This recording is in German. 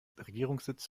regierungssitz